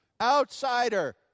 outsider